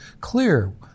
clear